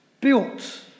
Built